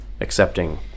accepting